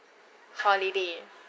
holiday